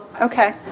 Okay